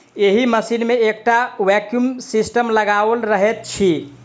एहि मशीन मे एकटा वैक्यूम सिस्टम लगाओल रहैत छै